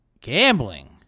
gambling